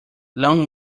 long